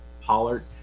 Pollard